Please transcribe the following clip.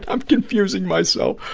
i'm confusing myself.